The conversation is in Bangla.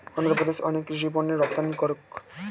অন্ধ্রপ্রদেশ অনেক কৃষি পণ্যের রপ্তানিকারক